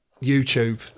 YouTube